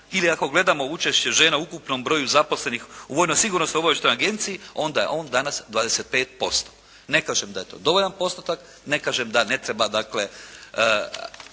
ili ako gledamo učešće žena u ukupnom broju zaposlenih u vojno-sigurnosnoj obavještajnoj agenciji, onda je on danas 25%. Ne kažem da je to dovoljan postotak, ne kažem da ne treba, dakle